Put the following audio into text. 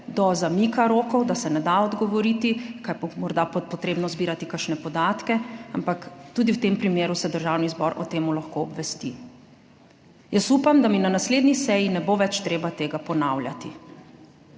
do zamika rokov, da se ne da odgovoriti, ko je morda potrebno zbirati kakšne podatke, ampak tudi v tem primeru se Državni zbor o tem lahko obvesti. Jaz upam, da mi na naslednji seji ne bo več treba tega ponavljati.